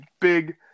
big